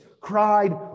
cried